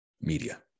media